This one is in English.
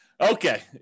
Okay